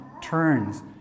turns